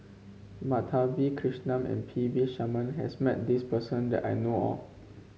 Madhavi Krishnan and P V Sharma has met this person that I know of